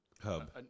hub